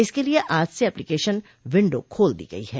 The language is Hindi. इसके लिए आज से एप्लीकेशन विण्डो खोल दी गई है